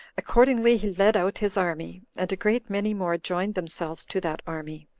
accordingly, he led out his army, and a great many more joined themselves to that army,